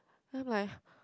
then I'm like